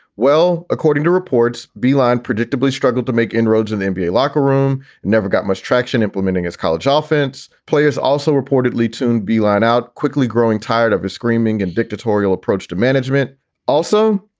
well, according to reports, bilan predictably struggled to make inroads in the nba locker room. never got much traction implementing his college ah offense. players also reportedly tuned beeline out quickly, growing tired of the screaming and dictatorial approach to management also,